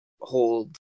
hold